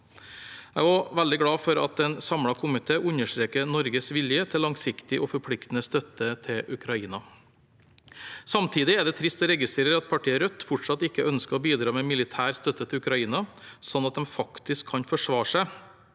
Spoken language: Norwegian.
Jeg er også veldig glad for at en samlet komité understreker Norges vilje til langsiktig og forpliktende støtte til Ukraina. Samtidig er det trist å registrere at partiet Rødt fortsatt ikke ønsker å bidra med militær støtte til Ukraina, slik at de faktisk kan forsvare seg